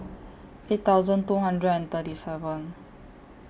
eight thousand two hundred and thirty seven